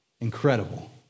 incredible